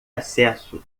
acesso